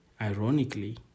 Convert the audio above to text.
ironically